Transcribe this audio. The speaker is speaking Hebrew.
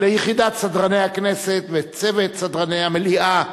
ליחידת סדרני הכנסת וצוות סדרני המליאה,